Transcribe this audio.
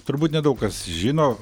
turbūt nedaug kas žino